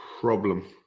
problem